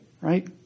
right